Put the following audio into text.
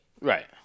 Right